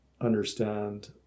understand